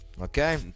Okay